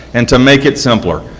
and to make it simpler?